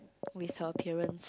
with her appearance